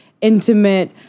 intimate